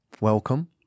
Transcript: Welcome